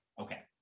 Okay